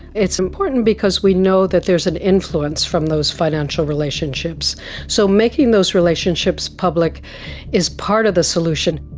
it's important because we know that there is an influence from those financial relationships so making those relationships public is part of the solution.